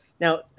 Now